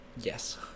Yes